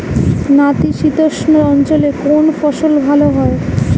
নাতিশীতোষ্ণ অঞ্চলে কোন ফসল ভালো হয়?